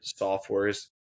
softwares